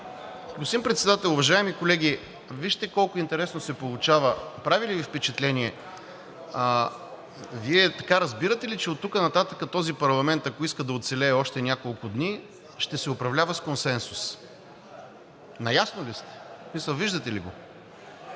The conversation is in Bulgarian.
Господин Председател, уважаеми колеги! Вижте колко интересно се получава. Прави ли Ви впечатление, Вие разбирате ли, че оттук нататък този парламент, ако иска да оцелее още няколко дни, ще се управлява с консенсус?! Наясно ли сте, в смисъл виждате ли го?